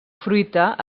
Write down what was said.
fruita